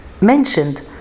mentioned